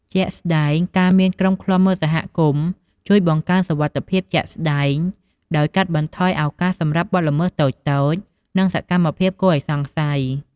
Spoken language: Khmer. ជាក់ស្តែង ការមានក្រុមឃ្លាំមើលសហគមន៍ជួយ បង្កើនសុវត្ថិភាពជាក់ស្តែង ដោយកាត់បន្ថយឱកាសសម្រាប់បទល្មើសតូចៗ និងសកម្មភាពគួរឱ្យសង្ស័យ។